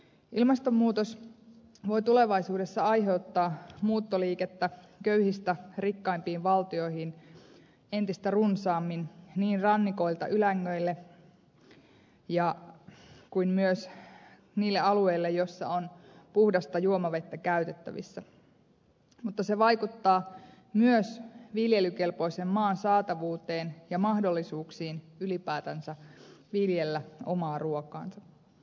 ilmastonmuutos voi tulevaisuudessa aiheuttaa muuttoliikettä köyhistä rikkaampiin valtioihin entistä runsaammin niin rannikoilta ylängöille kuin myös niille alueille joissa on puhdasta juomavettä käytettävissä mutta se vaikuttaa myös viljelykelpoisen maan saatavuuteen ja mahdollisuuksiin ylipäätänsä viljellä omaa ruokaansa